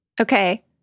Okay